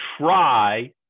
try